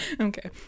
Okay